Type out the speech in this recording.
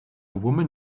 woman